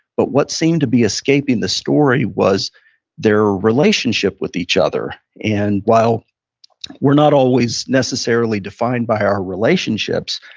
but what seemed to be escaping the story was their relationship with each other. and while we're not always necessarily defined by our relationships,